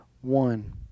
One